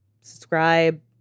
subscribe